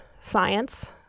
science